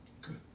Good